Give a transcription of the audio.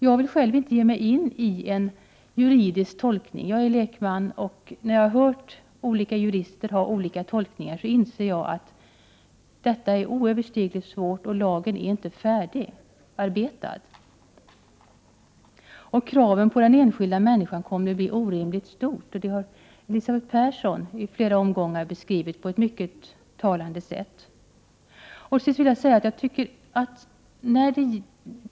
Jag vill själv inte ge mig in i en juridisk tolkning då jag är lekman. Jag har hört olika jurister göra olika tolkningar, och jag inser att tolkningen är oöverstigligt svår och att lagen inte är färdigarbetad. Kraven på den enskilda människan kommer att bli orimligt stora. Detta har Elisabeth Persson i flera omgångar beskrivit på ett mycket målande sätt.